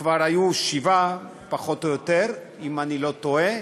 וכבר היו שבע, פחות או יותר, אם אני לא טועה,